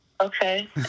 Okay